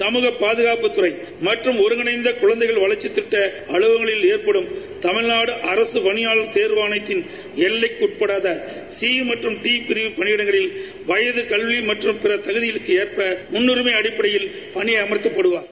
சமூக பாதகாப்புத்துறை மற்றும் ஒருங்கிணைந்த குழந்தைகள் வளர்சித் திட்ட அலுவலகங்களில் ஏற்படும் தமிழ்நாடு அரசுப் பணியாளர் தேர்வாணையத்தின் எல்லைக்கு உட்படாத சி மற்றும் டி பிரிவு பணியிடங்களில் வயது கல்வி மற்றும் பிற தகுதிகளுக்கு ஏற்ப முன்னுரிமை அடிப்படையில் பணியமர்த்தப்படுவார்